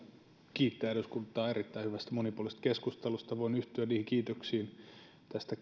kiittää eduskuntaa erittäin hyvästä monipuolisesta keskustelusta voin yhtyä kiitoksiin tästä